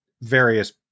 various